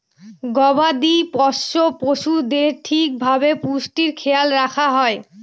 গবাদি পোষ্য পশুদের ঠিক ভাবে পুষ্টির খেয়াল রাখা হয়